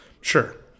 Sure